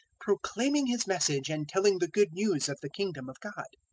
proclaiming his message and telling the good news of the kingdom of god.